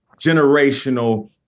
generational